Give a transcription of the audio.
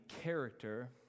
character